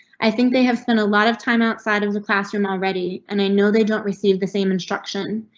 i think they have spent a lot of time outside of the classroom already, and i know they don't receive the same instruction.